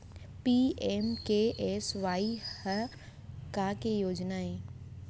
PMKSY हर का के योजना हे?